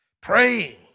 praying